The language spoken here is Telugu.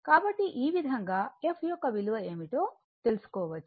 కాబట్టి ఈ విధంగా f యొక్క విలువ ఏమిటో తెలుసుకోవచ్చు